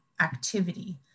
activity